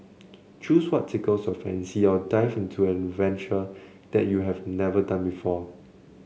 choose what tickles your fancy or dive into an adventure that you have never done before